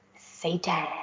Satan